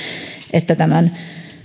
että tämän